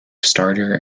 starter